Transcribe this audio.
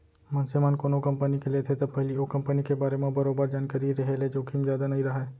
मनसे मन कोनो कंपनी के लेथे त पहिली ओ कंपनी के बारे म बरोबर जानकारी रेहे ले जोखिम जादा नइ राहय